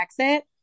exit